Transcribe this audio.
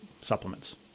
supplements